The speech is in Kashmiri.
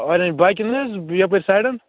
آرینج باقِیَن حظ یَپٲرۍ سایڈَن